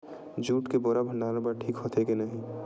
Jute के बोरा भंडारण बर ठीक होथे के नहीं?